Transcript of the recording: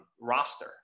roster